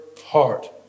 heart